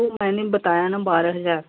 तो मैंने बताया ना बारह हज़ार